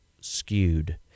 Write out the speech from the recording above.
skewed